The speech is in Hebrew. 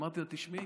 אמרתי לה: תשמעי,